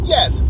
Yes